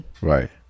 right